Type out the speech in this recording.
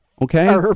Okay